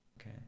Okay